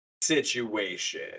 situation